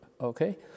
Okay